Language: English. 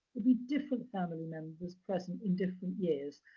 be different family members present in different years,